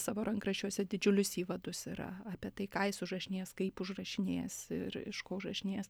savo rankraščiuose didžiulius įvadus yra apie tai ką jis užrašinės kaip užrašinės ir iš ko užrašinės